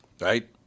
right